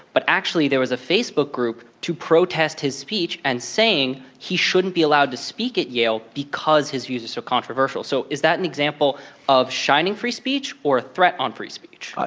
but actually, there was a facebook group to protest his speech, and saying he shouldn't be allowed to speak at yale because his views are so controversial. so, is that an example of shining free speech or a threat on free speech?